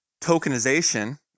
tokenization